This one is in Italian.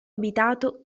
abitato